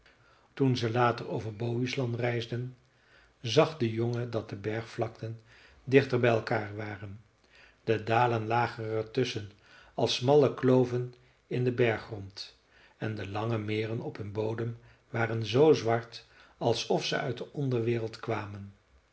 toen ze later over bohuslän reisden zag de jongen dat de bergvlakten dichter bij elkaar waren de dalen lagen er tusschen als smalle kloven in den berggrond en de lange meren op hun bodem waren zoo zwart alsof ze uit de onderwereld kwamen